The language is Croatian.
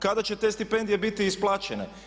Kada će te stipendije biti isplaćene?